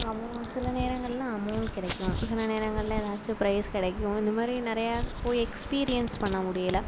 சில நேரங்களில் அமௌண்ட் கிடைக்கும் சில நேரங்களில் ஏதாச்சும் ப்ரைஸ் கிடைக்கும் இந்த மாதிரி நிறையா போய் எக்ஸ்பீரியன்ஸ் பண்ண முடியலை